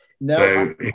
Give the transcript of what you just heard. No